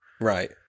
Right